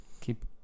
Keep